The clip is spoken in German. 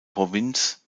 provinz